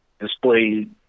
displayed